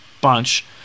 bunch